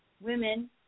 Women